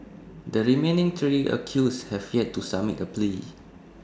the remaining three accused have yet to submit A plea